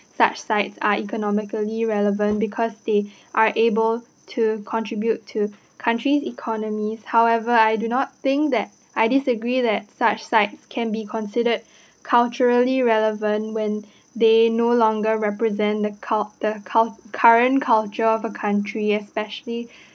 such sites are economically relevant because they are able to contribute to country's economy however I do not think that I disagree that such sites can be considered culturally relevant when they no longer represent the cul~ the cul~ current culture of a country especially